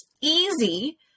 easy